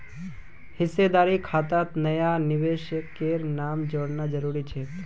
हिस्सेदारी खातात नया निवेशकेर नाम जोड़ना जरूरी छेक